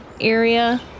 area